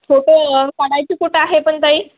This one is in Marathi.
फोटो काढायची कुठं आहे पण ताई